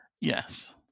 yes